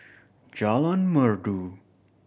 Jalan Merdu